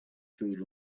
food